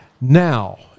now